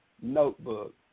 Notebook